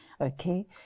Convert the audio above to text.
okay